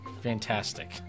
Fantastic